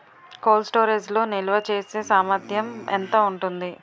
Cold storage లో నిల్వచేసేసామర్థ్యం ఎంత ఉంటుంది?